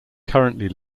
currently